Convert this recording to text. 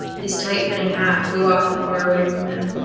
his tight-fitting hat flew off and far away from him.